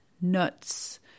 nuts